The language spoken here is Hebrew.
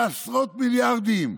בעשרות מיליארדים,